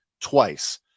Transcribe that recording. twice